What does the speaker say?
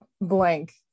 blank